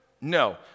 No